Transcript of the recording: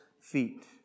feet